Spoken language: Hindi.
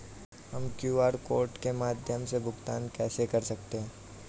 हम क्यू.आर कोड के माध्यम से भुगतान कैसे कर सकते हैं?